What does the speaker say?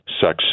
sex